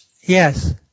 Yes